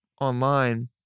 online